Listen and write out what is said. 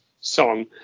song